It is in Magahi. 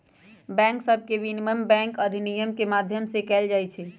बैंक सभके विनियमन बैंक अधिनियम के माध्यम से कएल जाइ छइ